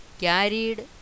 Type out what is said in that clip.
carried